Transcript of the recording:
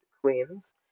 queens